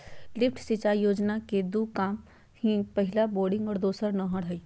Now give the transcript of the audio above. lift सिंचाई योजना के दू काम हइ पहला बोरिंग और दोसर नहर हइ